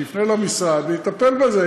שיפנה למשרד ויטפל בזה.